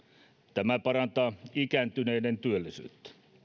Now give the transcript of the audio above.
tämä parantaa ikääntyneiden työllisyyttä